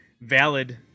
valid